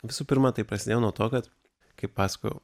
visų pirma tai prasidėjo nuo to kad kai pasakojau